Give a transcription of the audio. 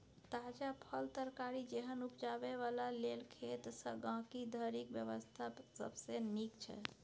ताजा फल, तरकारी जेहन उपजाबै बला लेल खेत सँ गहिंकी धरिक व्यवस्था सबसे नीक छै